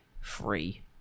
Free